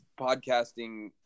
podcasting